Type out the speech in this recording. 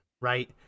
right